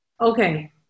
okay